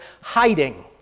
hiding